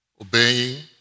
obeying